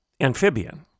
amphibian